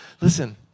Listen